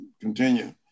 continue